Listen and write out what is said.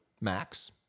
max